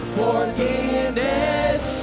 forgiveness